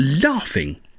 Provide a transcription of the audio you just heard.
laughing